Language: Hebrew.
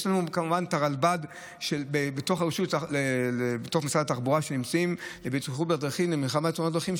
יש לנו כמובן את הרלב"ד בתוך משרד התחבורה למלחמה בתאונות דרכים,